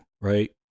right